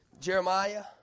Jeremiah